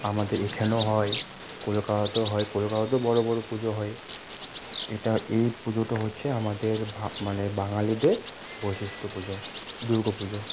আমাদের এখানেও হয় কলকাতাতেও হয় কলকাতাতেও বড়ো বড়ো পুজো হয় এটা এই পুজোটা হচ্ছে আমাদের মানে বাঙালিদের বৈশিষ্ঠ্য পুজো দুর্গা পুজো